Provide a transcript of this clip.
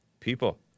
people